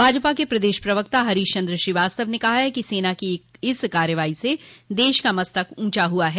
भाजपा के प्रदेश प्रवक्ता हरीश चन्द्र श्रीवास्तव ने कहा कि सेना की इस कार्रवाई से देश का मस्तक ऊँचा हुआ है